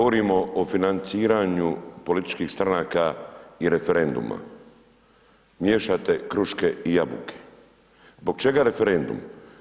Govorimo o financiranju političkih stranaka i referenduma, miješate kruške i jabuke, zbog čega referendum?